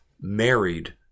married